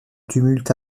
tumulte